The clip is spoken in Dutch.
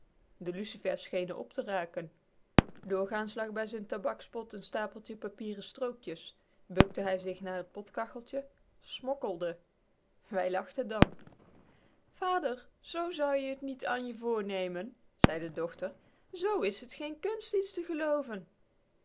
de lucifers schenen op te raken doorgaans lag bij z'n tabakspot n stapeltje papieren strookjes bukte hij zich naar het potkacheltje smokkelde ij lachte dan vader z hou je je niet an je voornemen zei de dochter z is t geen kunst iets te gelooven